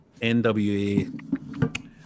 NWA